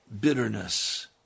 bitterness